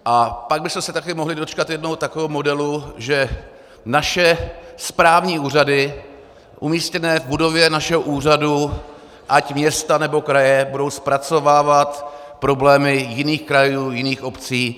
A pak bychom se také mohli dočkat jednoho takového modelu, že naše správní úřady umístěné v budově našeho úřadu, ať města, nebo kraje, budou zpracovávat problémy jiných krajů, jiných obcí.